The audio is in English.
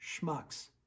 schmucks